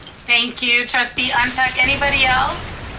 thank you trustee ah ntuk. anybody else?